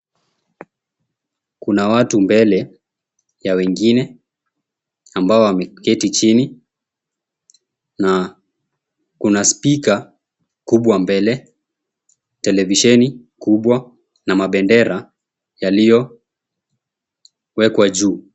Kuna watu mbele ya wengine ambao wameketi chini na kuna spika kubwa mbele, televisheni kubwa na mabendera yaliyowekwa juu.